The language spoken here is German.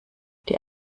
die